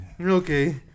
Okay